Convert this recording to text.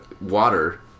water